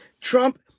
Trump